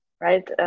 right